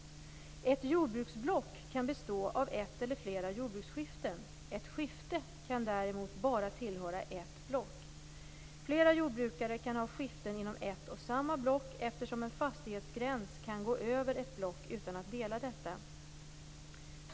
Ett jordbruksblock kan bestå av ett eller flera jordbruksskiften. Ett skifte kan däremot bara tillhöra ett block. Flera jordbrukare kan ha skiften inom ett och samma block eftersom en fastighetsgräns kan gå över ett block utan att dela detta.